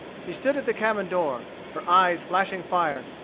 she stood at the cabin door, her eyes flashing fire,